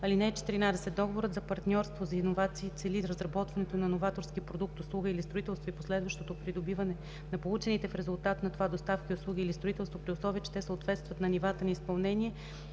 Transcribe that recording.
случай. (14) Договорът за партньорството за иновации цели разработването на новаторски продукт, услуга или строителство и последващото придобиване на получените в резултат на това доставки, услуги или строителство, при условие че те съответстват на нивата на изпълнение